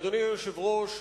אדוני היושב-ראש,